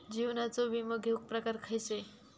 जीवनाचो विमो घेऊक प्रकार खैचे?